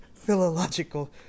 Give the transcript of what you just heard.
Philological